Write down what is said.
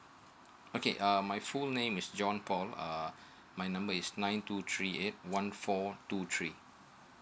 okay uh my full name is john paul uh my number is nine two three eight one four two three